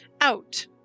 Out